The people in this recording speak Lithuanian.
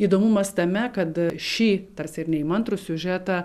įdomumas tame kad šį tarsi ir neįmantrų siužetą